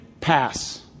pass